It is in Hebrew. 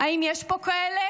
האם יש פה כאלה?